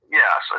yes